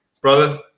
brother